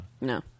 no